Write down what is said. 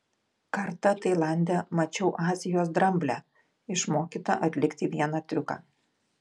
kartą tailande mačiau azijos dramblę išmokytą atlikti vieną triuką